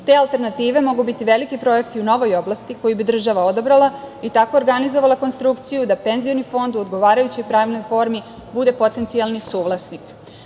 Te alternative mogu biti veliki projekti u novoj oblasti koju bi država odabrala i tako organizovala konstrukciju da penzioni fond u odgovarajućoj pravnoj formi bude potencijalni suvlasnik.S